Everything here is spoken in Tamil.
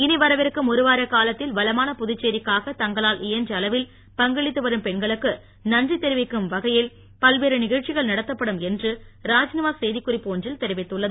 இனி வரவிருக்கும் ஒருவார காலத்தில் வளமான புதுச்சேரிக்காக தங்களால் இயன்ற அளவில் பங்களித்து வரும் பெண்களுக்கு நன்றி தெரிவிக்கும் வகையில் பல்வேறு நிகழ்ச்சிகள் நடத்தப்படும் என்று ராத்நிவாஸ் செய்திக்குறிப்பு ஒன்றில் தெரிவித்துள்ளது